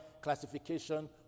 classification